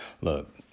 Look